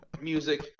music